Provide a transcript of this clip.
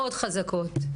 מאוד חזקות,